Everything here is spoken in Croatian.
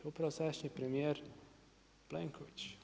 Upravo sadašnji premijer Plenković.